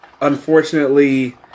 unfortunately